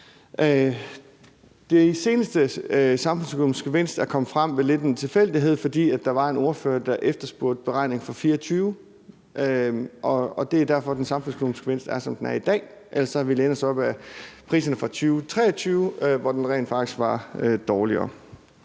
Den seneste samfundsøkonomiske gevinst er kommet frem ved lidt af en tilfældighed, fordi der var en ordfører, der efterspurgte beregningen for 2024, og det er derfor, den samfundsøkonomiske gevinst er, som den er i dag. Ellers havde vi lænet os op ad priserne for 2023, hvor den rent faktisk var dårligere.